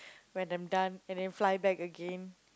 when I'm done and then fly back again